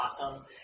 awesome